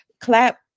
clap